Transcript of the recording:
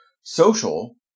social